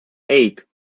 eight